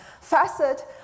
facet